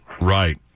right